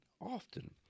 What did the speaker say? often